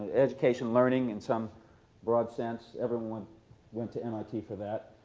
education learning in some broad sense. everyone went to mit for that.